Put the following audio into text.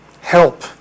help